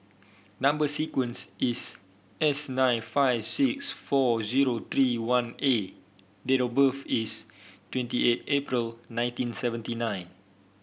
number sequence is S nine five six four zero three one A date birth is twenty eight April nineteen seventy nine